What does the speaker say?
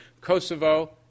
Kosovo